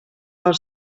del